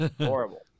Horrible